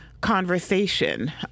conversation